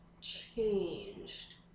changed